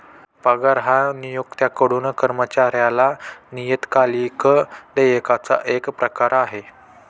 पगार हा नियोक्त्याकडून कर्मचाऱ्याला नियतकालिक देयकाचा एक प्रकार आहे